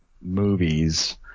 movies